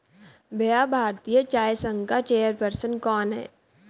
भैया भारतीय चाय संघ का चेयर पर्सन कौन है?